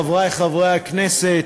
חברי חברי הכנסת,